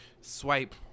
swipe